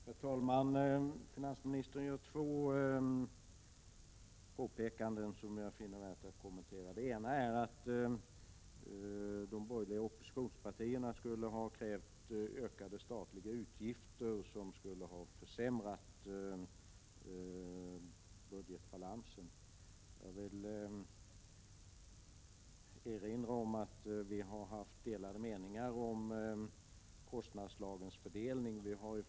Herr talman! Finansministern gör här två påpekanden som jag finner värda att kommentera. Det ena påståendet är att de borgerliga oppositionspartierna skulle ha krävt ökade statliga utgifter som skulle ha försämrat budgetbalansen. Jag vill erinra om att vi har haft delade meningar om medlens fördelning på kostnadslagen.